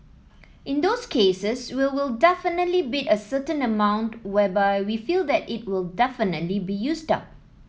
in those cases we will definitely bid a certain amount whereby we feel that it will definitely be used up